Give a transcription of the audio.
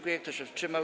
Kto się wstrzymał?